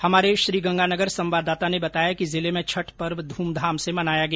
हमारे श्रीगंगानगर संवाददाता ने बताया कि जिले में छठ पर्व धूमधाम से मनाया गया